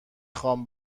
خوام